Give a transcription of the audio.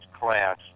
class